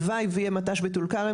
הלוואי ויהיה מט"ש בטול כרם,